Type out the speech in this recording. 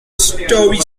stowe